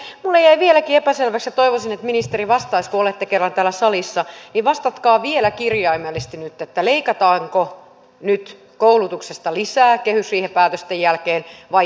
minulle jäi vieläkin epäselväksi ja toivoisin että ministeri vastaisi että kun olette kerran täällä salissa niin vastatkaa vielä kirjaimellisesti nyt leikataanko nyt koulutuksesta lisää kehysriihen päätösten jälkeen vai eikö leikata